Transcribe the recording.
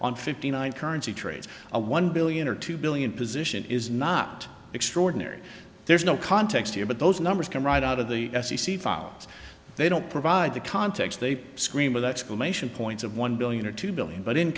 on fifty nine currency trades a one billion or two billion position is not extraordinary there's no context here but those numbers come right out of the f c c files they don't provide the context they scream with exclamation points of one billion or two billion but in